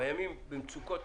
במצוקות